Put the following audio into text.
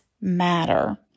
matter